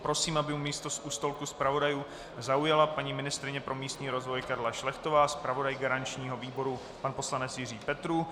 Prosím, aby místo u stolku zpravodajů zaujala paní ministryně pro místní rozvoj Karla Šlechtová, zpravodaj garančního výboru pan poslanec Jiří Petrů.